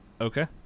Okay